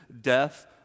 death